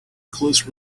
close